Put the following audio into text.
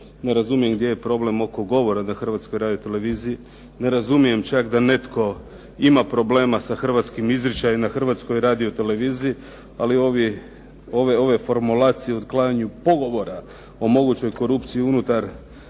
Ne razumijem gdje je problem oko govora na Hrvatskoj radio-televiziji. Ne razumijem čak da netko ima problema sa hrvatskim izričajem na Hrvatskoj radio-televiziji ali ove formulacije o otklanjanju pogovora o mogućoj korupciji unutar